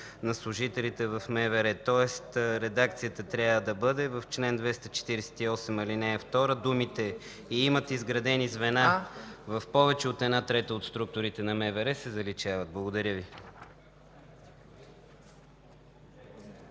на служителите в МВР”, тоест редакцията трябва да бъде – в чл. 248, ал. 2, думите „и имат изградени звена в повече от една трета от структурите на МВР” се заличават. Благодаря Ви.